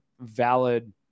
valid